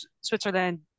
Switzerland